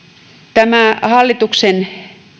tämä hallituksen